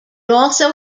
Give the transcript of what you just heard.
also